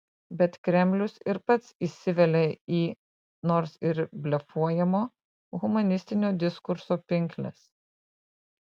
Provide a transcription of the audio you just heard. bet kremlius ir pats įsivelia į nors ir blefuojamo humanistinio diskurso pinkles